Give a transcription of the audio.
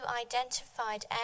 identified